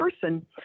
person